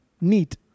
Neat